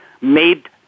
made